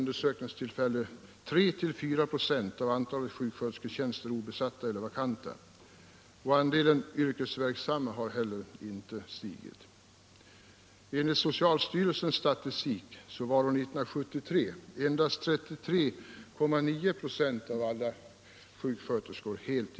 Där har det alltså blivit en minskning, även om den inte är så stor.